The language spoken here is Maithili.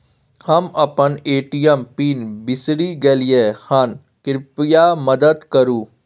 हम अपन ए.टी.एम पिन बिसरि गलियै हन, कृपया मदद करु